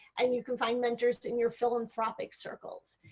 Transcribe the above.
and you can find mentors in your philanthropic circles.